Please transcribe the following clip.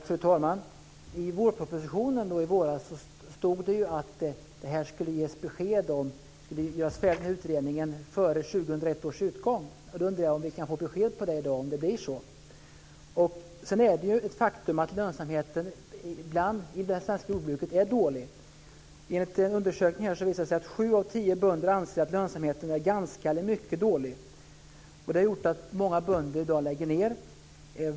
Fru talman! I vårpropositionen stod att det den här utredningen skulle vara färdig före 2001 års utgång. Då undrar jag om vi i dag kan få besked om det blir så. Sedan är det ju ett faktum att lönsamheten i det svenska jordbruket är dålig. Enligt undersökningar anser sju av tio bönder att lönsamheten är ganska eller mycket dålig. Det har gjort att många bönder i dag lägger ned.